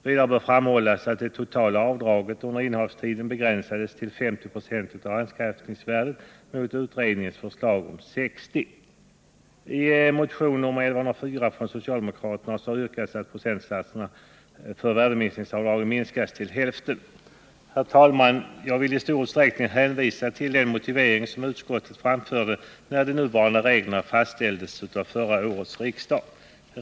Vidare bör framhållas att det totala avdraget under innehavstiden begränsades till 50 20 av anskaffningsvärdet — mot utredningens förslag om 60 o. Herr talman! Jag vill i stor utsträckning hänvisa till samma motivering som utskottet framförde när de nuvarande reglerna fastställdes av förra årets riksmöte.